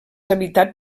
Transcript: habitat